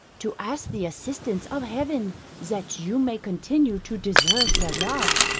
to ask the assistance of heaven that you may continue to deserve their love.